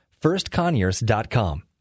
firstconyers.com